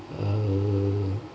uh